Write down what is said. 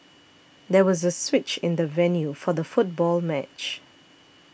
there was a switch in the venue for the football match